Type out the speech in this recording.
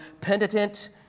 penitent